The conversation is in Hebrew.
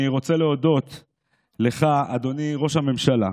אני רוצה להודות לך, אדוני ראש הממשלה,